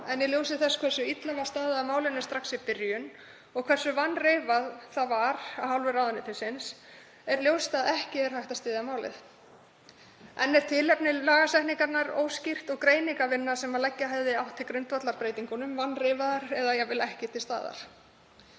en í ljósi þess hversu illa var staðið að málinu strax í byrjun og hversu vanreifað það var af hálfu ráðuneytisins er ljóst að ekki er hægt að styðja málið. Enn er tilefni lagasetningarinnar óskýrt og greiningarvinna sem leggja hefði átt til grundvallar breytingum vanreifuð eða ekki til staðar.